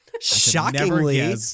Shockingly